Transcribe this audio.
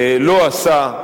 לא עשה,